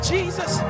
Jesus